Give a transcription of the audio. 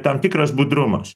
tam tikras budrumas